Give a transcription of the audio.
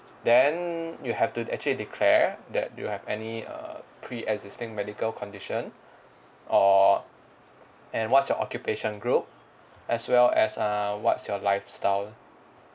then you have to actually declare that you have any err pre-existing medical condition or and what's your occupation group as well as err what's your lifestyle